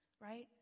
right